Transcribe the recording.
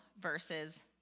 verses